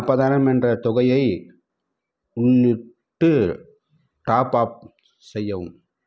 நாற்பதாயிரம் என்ற தொகையை உள்ளிட்டு டாப்அப் செய்யவும்